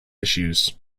issues